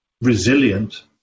resilient